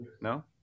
No